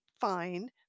Fine